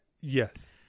Yes